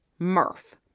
Murph